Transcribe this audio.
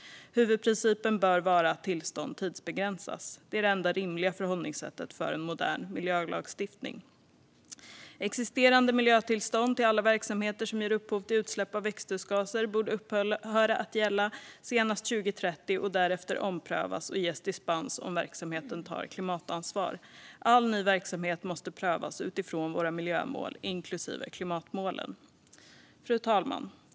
Huvudprincipen bör vara att tillstånd tidsbegränsas. Det är det enda rimliga förhållningssättet för en modern miljölagstiftning. Existerande miljötillstånd till alla verksamheter som ger upphov till utsläpp av växthusgaser borde upphöra att gälla senast 2030 för att därefter omprövas och ges dispens om verksamheten tar klimatansvar. All ny verksamhet måste prövas utifrån våra miljömål, inklusive klimatmålen. Fru talman!